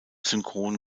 synchron